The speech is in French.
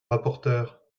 rapporteur